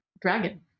dragon